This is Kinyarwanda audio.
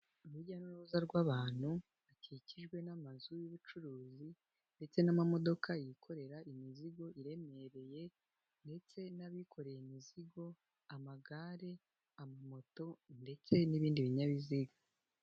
Urujya n'uruza rw'abantu bakikijwe n'amazu y'ubucuruzi, ndetse n'amamodoka yikorera imizigo iremereye, ndetse n'abikoreye imizigo, amagare, amamoto, ndetse n'ibindi binyabiziga.